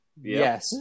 Yes